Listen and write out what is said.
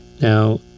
Now